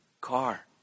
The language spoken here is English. car